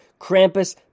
Krampus